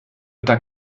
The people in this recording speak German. unter